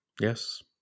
yes